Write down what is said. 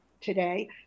today